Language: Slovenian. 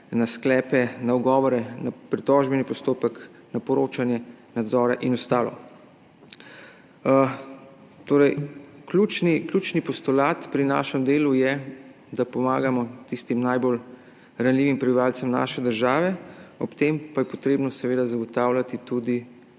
na sklepe, na ugovore, na pritožbeni postopek, na poročanje nadzora in ostalo. Torej, ključni postulat pri našem delu je, da pomagamo tistim najbolj ranljivim prebivalcem naše države, ob tem pa je treba seveda zagotavljati tudi